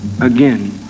again